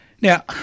Now